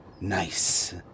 nice